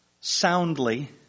soundly